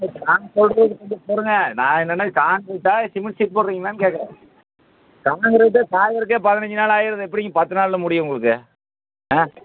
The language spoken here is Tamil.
நாங்கள் சொல்கிறது கொஞ்சம் பொறுங்கள் நான் என்னென்னா கான்கிரீட்டா சிமெண்ட் சீட் போடுகிறீங்களான்னு கேட்குறேன் கான்கிரீட்டு காயதுக்கே பதினஞ்சு நாள் ஆகிரும் இதில் எப்படிங்க பத்து நாளில் முடியும் உங்களுக்கு ஆ